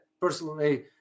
personally